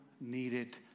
needed